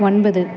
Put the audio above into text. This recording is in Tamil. ஒன்பது